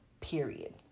period